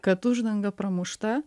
kad uždanga pramušta